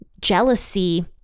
jealousy